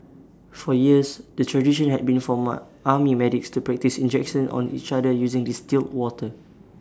for years the tradition had been for what army medics to practise injections on each other using distilled water